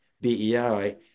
BEI